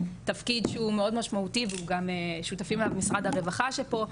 תפקיד שהוא מאד משמעותי וגם שותפים לו משרד הרווחה שפה,